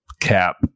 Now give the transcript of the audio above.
cap